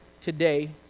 today